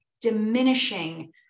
diminishing